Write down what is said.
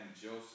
Joseph